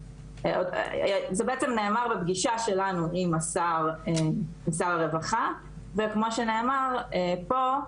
זה בעצם נאמר בפגישה שלנו עם השר הרווחה וכמו שנאמר פה,